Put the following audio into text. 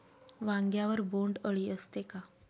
वांग्यावर बोंडअळी असते का?